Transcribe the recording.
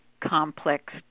complex